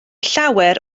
llawer